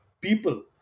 people